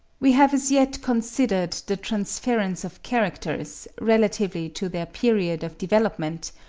we have as yet considered the transference of characters, relatively to their period of development,